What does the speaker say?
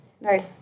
Nice